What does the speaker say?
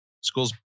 school's